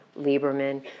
Lieberman